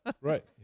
Right